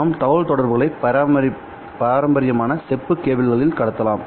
நாம் தகவல் தொடர்புகளை பாரம்பரியமான செப்பு கேபிள்களில் கடத்தலாம்